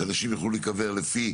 שאנשים יוכלו להיקבר לפי